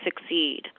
succeed